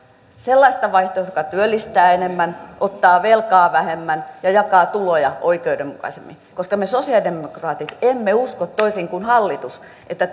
sellaista vaihtoehtoa joka työllistää enemmän ottaa velkaa vähemmän ja jakaa tuloja oikeudenmukaisemmin koska me sosialidemokraatit emme usko toisin kuin hallitus että